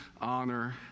honor